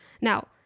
Now